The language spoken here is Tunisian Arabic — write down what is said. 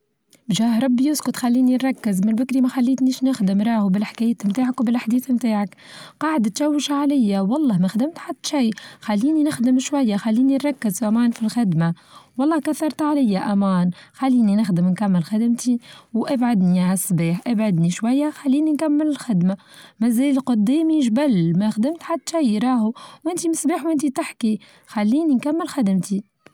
بچاه ربي يسكت خليني نركز من بكري ما خليتنيش نخدم راهو بالحكايات بتاعك وبالحديث بتاعك قاعد تشوش عليا والله ما خدمت حتى شي خليني نخدم شوية خليني نركز فأمان فالخدمة، والله كثرت عليا أمان، خليني نخدم نكمل خدمتي وأبعدني يا عالصباح أبعدني شوية خليني أكمل الخدمة ما زال قدامي جبل ما خدمت حتى يراهو ونتي من الصباح ونتي تحكي خليني نكمل خدمتي.